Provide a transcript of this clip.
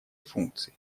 функции